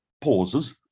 pauses